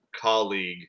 colleague